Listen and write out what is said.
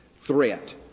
threat